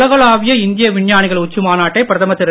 உலகளாவிய இந்திய விஞ்ஞானிகள் உச்சி மாநாட்டை பிரதமர் திரு